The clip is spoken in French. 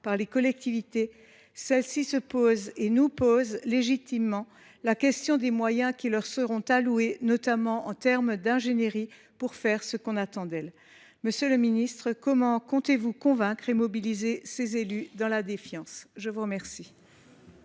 par les collectivités, celles ci se posent et nous posent légitimement la question des moyens qui leur seront alloués, notamment en termes d’ingénierie, pour faire ce que l’on attend d’elles. Monsieur le ministre, comment comptez vous convaincre et mobiliser ces élus dans la défiance ? La parole